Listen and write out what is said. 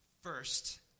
First